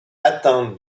atteintes